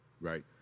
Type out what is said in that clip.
Right